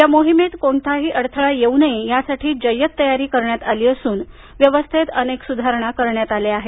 या मोहिमेत कोणताही अडथळा येऊ नये यासाठी जय्यत तयारी करण्यात आली असून व्यवस्थेत अनेक सुधारणा करण्यात आल्या आहेत